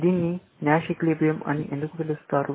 దీన్ని Nash equilibrium అని ఎందుకు పిలుస్తారు